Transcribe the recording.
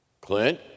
Clint